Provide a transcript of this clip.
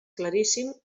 claríssim